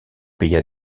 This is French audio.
paya